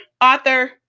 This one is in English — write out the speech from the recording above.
author